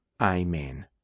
Amen